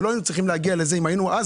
לא היינו צריכים להגיע לזה אם היינו אז